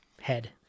head